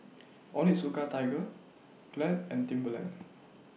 Onitsuka Tiger Glad and Timberland